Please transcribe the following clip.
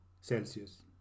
celsius